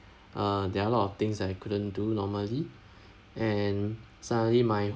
uh there are a lot of things that I couldn't do normally and suddenly my